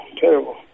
terrible